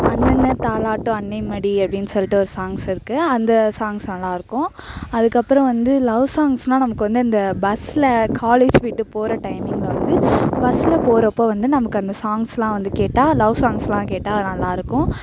அண்ணண தாலாட்டும் அண்ணே மடி அப்படின் சொல்லிட்டு ஒரு சாங்க்ஸ் இருக்கு அந்த சாங்க்ஸ் நல்லா இருக்கும் அதுக்கப்புறம் வந்து லவ் சாங்க்ஸ் எல்லாம் நமக்கு வந்து அந்த பஸ்ஸில் காலேஜ் விட்டு போகற டைமிங்கில் வந்து பஸ்ஸில் போறப்போ வந்து நமக்கு வந்து அந்த சாங்க்ஸ் எல்லாம் வந்து கேட்டால் லவ் சாங்க்ஸ் எல்லாம் கேட்டால் அது நல்லா இருக்கும்